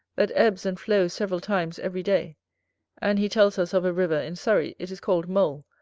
that ebbs and flows several times every day and he tells us of a river in surrey, it is called mole,